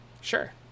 Sure